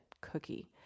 cookie